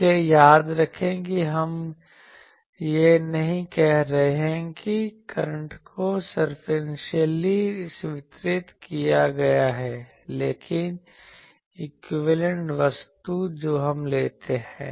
इसलिए याद रखें कि हम यह नहीं कह रहे हैं कि करंटको सर्कंफरेंशियली वितरित किया गया है लेकिन इक्विवेलेंट वस्तु जो हम लेते हैं